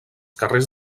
carrers